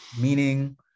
meaning